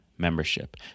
Membership